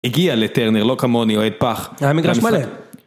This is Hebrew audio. הגיע לטרנר, לא כמוני, אוהד פח. היה מגרש מלא.